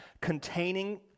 containing